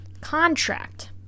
contract